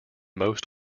most